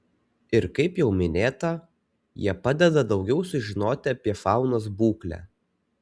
ir kaip jau minėta jie padeda daugiau sužinoti apie faunos būklę